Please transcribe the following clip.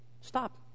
Stop